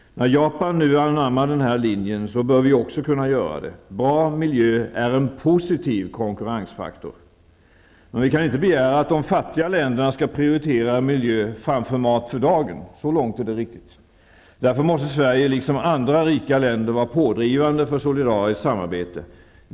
När Japan nu anammar den här linjen bör också vi kunna göra det. En bra miljö är en positiv konkurrensfaktor. Men vi kan inte begära att de fattiga länderna skall prioritera miljö framför mat för dagen -- så långt är det riktigt. Därför måste Sverige liksom andra rika länder vara pådrivande beträffande solidariskt samarbete.